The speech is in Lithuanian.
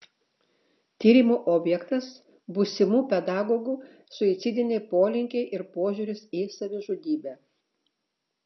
tyrimo objektas būsimų pedagogų suicidiniai polinkiai ir požiūris į savižudybę